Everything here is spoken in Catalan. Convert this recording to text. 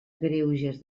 greuges